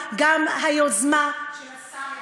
הגיעה גם היוזמה של השר לוין.